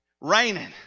raining